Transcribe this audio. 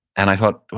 and i thought,